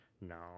No